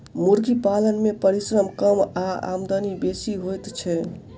मुर्गी पालन मे परिश्रम कम आ आमदनी बेसी होइत छै